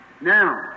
Now